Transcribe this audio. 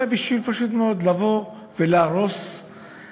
אלא פשוט מאוד בשביל לבוא ולהרוס ולשנות